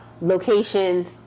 locations